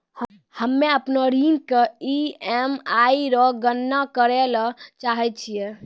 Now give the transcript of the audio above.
हम्म अपनो ऋण के ई.एम.आई रो गणना करैलै चाहै छियै